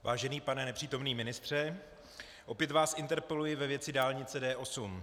Vážený pane nepřítomný ministře, opět vás interpeluji ve věci dálnice D8.